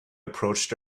approached